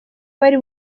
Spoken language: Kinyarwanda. bari